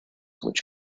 which